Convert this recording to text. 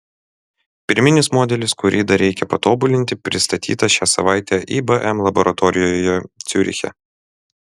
pirminis modelis kurį dar reikia patobulinti pristatytas šią savaitę ibm laboratorijoje ciuriche